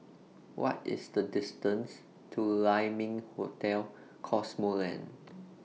What IS The distance to Lai Ming Hotel Cosmoland